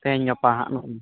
ᱛᱮᱦᱮᱧ ᱜᱟᱯᱟᱦᱟᱜ ᱱᱚᱜᱼᱚᱭ